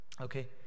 okay